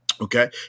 Okay